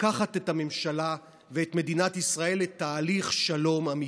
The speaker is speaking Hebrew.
לקחת את הממשלה ואת מדינת ישראל לתהליך שלום אמיתי,